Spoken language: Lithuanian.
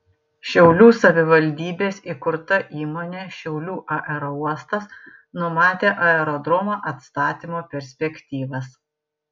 šiaulių savivaldybės įkurta įmonė šiaulių aerouostas numatė aerodromo atstatymo perspektyvas